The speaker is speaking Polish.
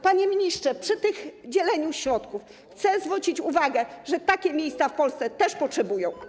Panie ministrze, przy tym dzieleniu środków chcę zwrócić uwagę, że takie miejsca w Polsce też ich potrzebują.